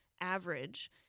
average